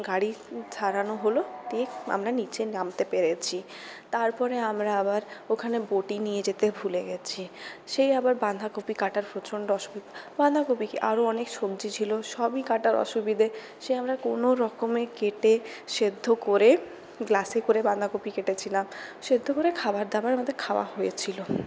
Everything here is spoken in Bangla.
গাড়ি সারানো হল দিয়ে আমরা নীচে নামতে পেরেছি তারপরে আমরা আবার ওখানে বঁটি নিয়ে যেতে ভুলে গিয়েছি সেই আবার বাঁধাকপি কাটার প্রচণ্ড অসুবিধা বাঁধাকপি কি আরও অনেক সবজি ছিল সবই কাটার অসুবিধে সেই আমরা কোনোরকমে কেটে সিদ্ধ করে গ্লাসে করে বাঁধাকপি কেটেছিলাম সিদ্ধ করে খাবার দাবার আমাদের খাওয়া হয়েছিল